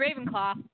Ravenclaw